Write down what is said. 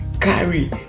Carry